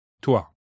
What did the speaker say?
Toi